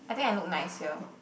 I think I look nice here